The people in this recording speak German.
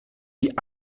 die